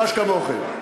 חש כמוכם.